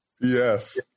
Yes